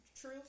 true